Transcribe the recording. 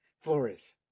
Flores